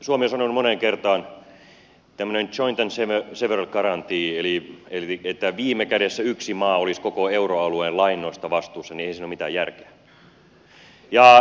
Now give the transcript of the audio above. suomi on sanonut moneen kertaan että tämmöisessä joint and several guaranteessa eli siinä että viime kädessä yksi maa olisi koko euroalueen lainoista vastuussa ei ole mitään järkeä